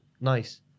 nice